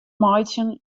meitsjen